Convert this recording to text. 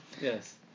yes